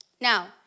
Now